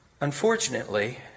Unfortunately